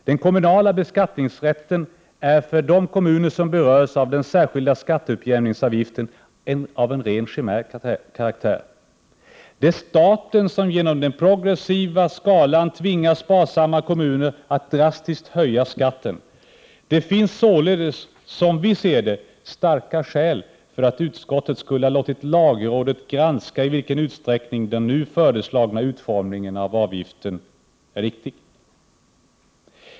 Den kommunala beskattningsrätten är för de kommuner som berörs av den särskilda skatteutjämningsavgiften en ren chimär. Det är staten som genom den progressiva skalan tvingar sparsamma kommuner att drastiskt höja skatten. Det finns således, som vi ser det, starka skäl för att utskottet skulle ha låtit lagrådet granska i vilken utsträckning den nu föreslagna utformningen av avgiften är riktig.